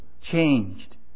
changed